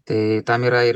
tai tam yra ir